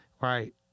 right